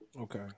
Okay